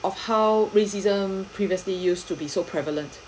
of how racism previously used to be so prevalent